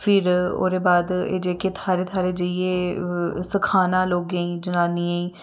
फिर ओह्दे बाद एह् जेह्के थाह्रें थाह्रें जाइयै सखाना लोगें गी जनानियें